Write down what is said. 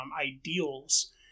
ideals